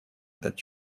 этот